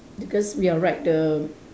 because we are right the